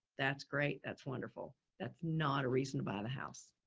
that's great. that's wonderful. that's not a reason to buy the house.